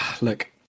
look